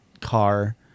car